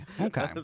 Okay